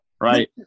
right